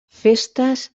festes